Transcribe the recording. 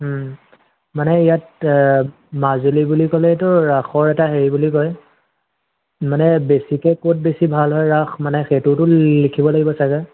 মানে ইয়াত মাজুলী বুলি ক'লেটো ৰাসৰ এটা হেৰি বুলি কয় মানে বেছিকৈ ক'ত বেছি ভাল হয় ৰাস মানে সেইটোওতো লিখিব লাগিব চাগৈ